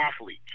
athlete